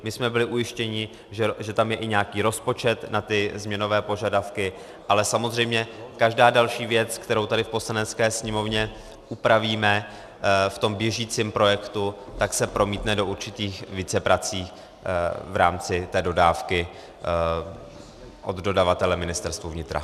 My jsme byli ujištěni, že tam je i nějaký rozpočet na změnové požadavky, ale samozřejmě každá další věc, kterou tady v Poslanecké sněmovně upravíme v tom běžícím projektu, se promítne do určitých víceprací v rámci dodávky od dodavatele Ministerstvu vnitra.